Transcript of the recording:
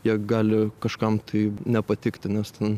jie gali kažkam tai nepatikti nes ten